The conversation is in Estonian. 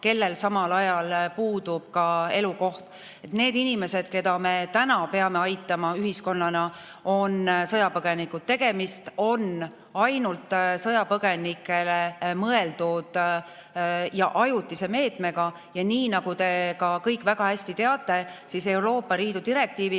kellel puudub ka elukoht. Need inimesed, keda me täna peame aitama ühiskonnana, on sõjapõgenikud. Tegemist on ainult sõjapõgenikele mõeldud ajutise meetmega. Ja nii nagu te ka kõik väga hästi teate, Euroopa Liidu direktiivi